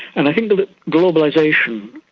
and i think that globalisation,